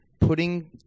putting